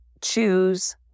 choose